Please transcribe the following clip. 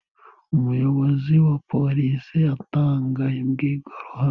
Umuyobozi wa polisi atanga imbwirwaruhame.